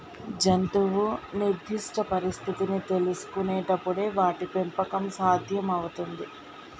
జంతువు నిర్దిష్ట పరిస్థితిని తెల్సుకునపుడే వాటి పెంపకం సాధ్యం అవుతుంది